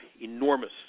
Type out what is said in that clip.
enormous